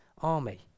army